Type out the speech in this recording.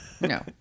No